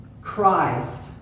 Christ